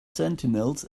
sentinels